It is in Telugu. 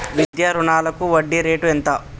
విద్యా రుణాలకు వడ్డీ రేటు ఎంత?